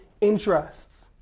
interests